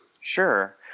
Sure